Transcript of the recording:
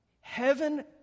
heaven